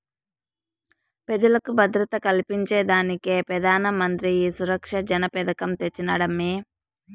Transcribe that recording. పెజలకు భద్రత కల్పించేదానికే పెదానమంత్రి ఈ సురక్ష జన పెదకం తెచ్చినాడమ్మీ